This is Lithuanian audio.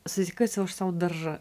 susikasiau aš sau daržą